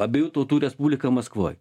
abiejų tautų respublika maskvoj